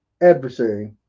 adversary